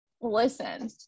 Listen